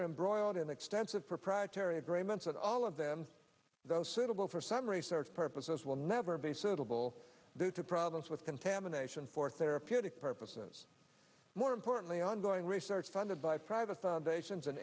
embroiled in extensive proprietary agreements that all of them though suitable for some research purposes will never be suitable due to problems with contamination for therapeutic purposes more importantly ongoing research funded by private foundations